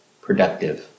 productive